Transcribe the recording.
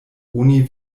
oni